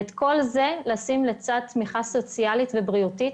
ואת כל זה צריך לשים לצד תמיכה סוציאלית ובריאותית,